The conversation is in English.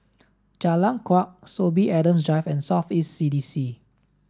Jalan Kuak Sorby Adams Drive and South East C D C